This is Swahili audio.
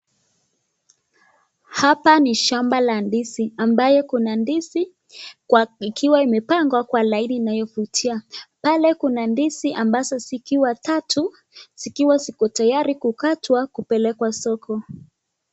Hapa ni shamba la ndizi ambayo kuna ndizi ikiwa imepangwa kwa laini inayovutia. Pale kuna ndizi ambazo zikiwa tatu, zikiwa ziko tayari kukatwa kupelekwa soko.